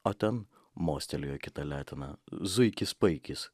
o ten mostelėjo kita letena zuikis paikis